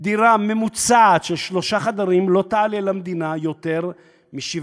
דירה ממוצעת של שלושה חדרים לא תעלה למדינה יותר מ-70,000,